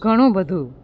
ઘણું બધું